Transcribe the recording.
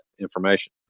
information